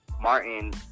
Martin